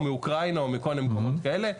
או מאוקראינה או מכל מיני מקומות כאלה,